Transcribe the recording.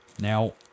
Now